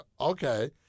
okay